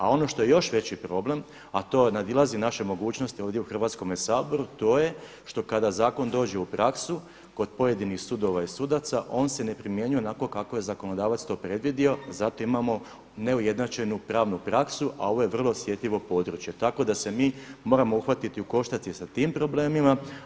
A ono što je još veći problem, a to nadilazi naše mogućnosti ovdje u Hrvatskome saboru, to je što kada zakon dođe u praksu kod pojedinih sudova i sudaca, on se ne primjenjuje onako kako je zakonodavac to predvidio i zato imamo neujednačenu pravnu praksu, a ovo je vrlo osjetljivo područje, tako da se mi moramo uhvatiti u koštac i sa tim problema.